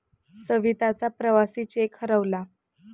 सविताचा प्रवासी चेक हरवला